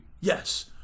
Yes